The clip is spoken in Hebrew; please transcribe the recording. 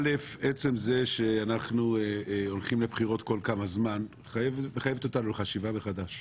עצם זה שאנחנו הולכים לבחירות כל כמה זמן מחייבת אותנו חשיבה מחדש.